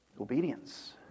Obedience